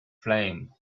flame